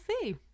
see